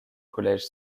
collège